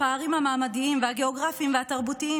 לפערים המעמדיים והגיאוגרפיים והתרבותיים,